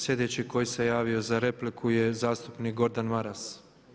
Slijedeći koji se javio za repliku je zastupnik Gordan Maras.